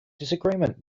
disagreement